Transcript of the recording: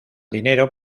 dinero